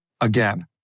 again